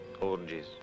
orgies